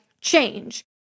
change